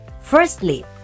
Firstly